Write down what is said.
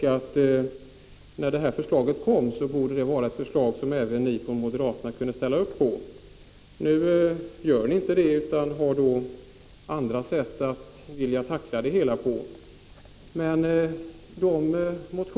Detta förslag borde även ni moderater kunna ställa er bakom. Nu gör ni inte det, utan vill tackla problemet på andra sätt.